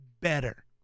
better